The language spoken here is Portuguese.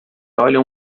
olham